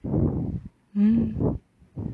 mm